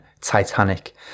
titanic